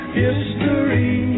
history